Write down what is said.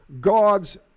God's